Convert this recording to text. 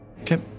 Okay